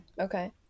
Okay